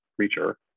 creature